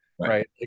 right